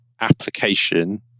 application